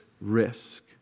risk